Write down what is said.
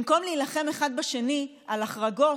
במקום להילחם אחד בשני על החרגות,